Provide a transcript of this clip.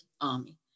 Army